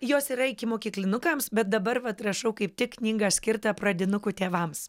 jos yra ikimokyklinukams bet dabar vat rašau kaip tik knygą skirtą pradinukų tėvams